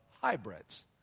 hybrids